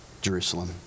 Jerusalem